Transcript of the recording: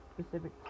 specific